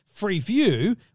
Freeview